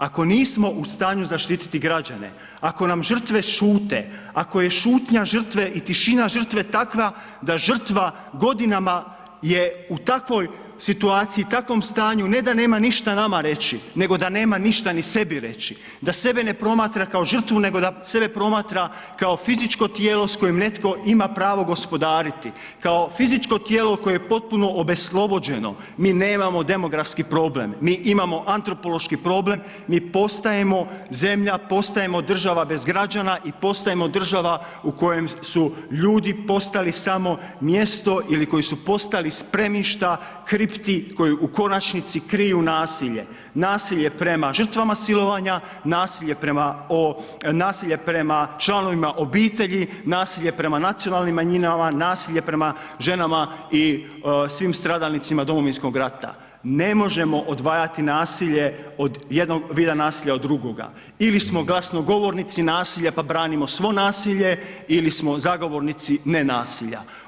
Ako nismo u stanju zaštititi građane, ako nam žrtve šute, ako je šutnja žrtve i tišina žrtve takva da žrtva godinama je u takvoj situaciji, takvom stanju, ne da nema ništa nama reći, nego da nema ništa ni sebi reći, da sebe ne promatra kao žrtvu, nego da sebe promatra kao fizičko tijelo s kojim netko ima pravo gospodariti, kao fizičko tijelo koje je potpuno obeslobođeno, mi nemamo demografski problem, mi imamo antropološki problem, mi postajemo zemlja, postajemo država bez građana i postajemo država u kojoj su ljudi postali samo mjesto ili koji su postali spremišta kripti koji u konačnici kriju nasilje, nasilje prema žrtvama silovanja, nasilje prema o, nasilje prema članovima obitelji, nasilje prema nacionalnim manjinama, nasilje prema ženama i svim stradalnicima Domovinskog rata, ne možemo odvajati nasilje od jednog vida nasilja od drugoga, ili smo glasnogovornici nasilja, pa branimo svo nasilje ili smo zagovornici ne nasilja.